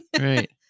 Right